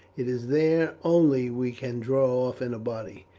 it is there only we can draw off in a body.